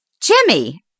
Jimmy